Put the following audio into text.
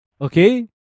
Okay